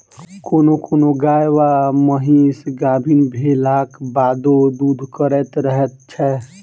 कोनो कोनो गाय वा महीस गाभीन भेलाक बादो दूध करैत रहैत छै